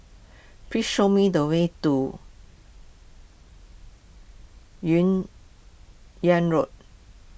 please show me the way to Yun Yeang Road